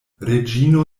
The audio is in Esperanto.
reĝino